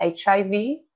HIV